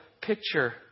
picture